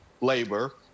labor